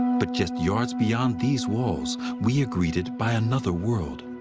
but just yards beyond these walls we are greeted by another world.